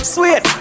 Sweet